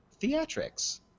theatrics